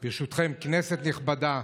ברשותכם, כנסת נכבדה,